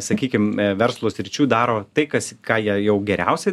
sakykim verslo sričių daro tai kas ką jie jau geriausia